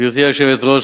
גברתי היושבת-ראש,